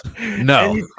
No